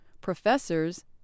professors